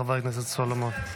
חבר הכנסת סולומון.